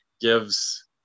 gives